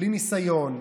בלי ניסיון.